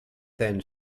than